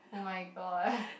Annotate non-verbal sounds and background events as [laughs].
oh-my-god [laughs]